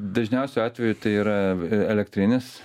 dažniausiu atveju tai yra elektrinis